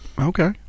Okay